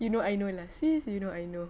you know I know lah sis you know I know